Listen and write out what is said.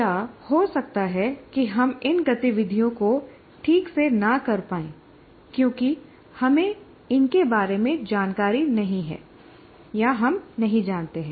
या हो सकता है कि हम इन गतिविधियों को ठीक से न कर पाएं क्योंकि हमें इनके बारे में जानकारी नहीं है या हम नहीं जानते हैं